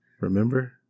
remember